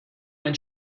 ein